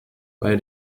bei